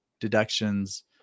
deductions